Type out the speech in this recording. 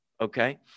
Okay